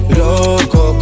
loco